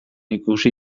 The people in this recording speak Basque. ikusi